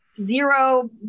zero